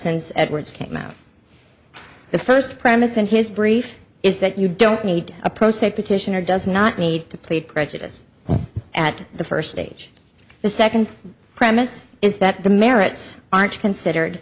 since edwards came out the first premise in his brief is that you don't need a pro se petitioner does not need to plead prejudice at the first stage the second premise is that the merits aren't considered